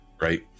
right